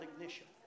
ignition